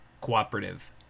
cooperative